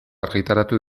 argitaratu